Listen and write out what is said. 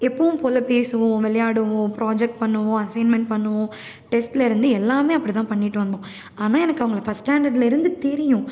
எப்பவும் போல் பேசுவோம் விளையாடுவோம் ப்ராஜெக்ட் பண்ணுவோம் அசைன்மென்ட் பண்ணுவோம் டெஸ்ட்டில் இருந்து எல்லாமே அப்படிதான் பண்ணிட்டு வந்தோம் ஆனால் எனக்கு அவங்களை ஃபஸ்ட் ஸ்டாண்டர்ட்லேருந்து தெரியும்